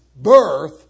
birth